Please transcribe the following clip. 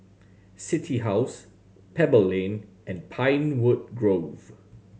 City House Pebble Lane and Pinewood Grove